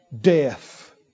death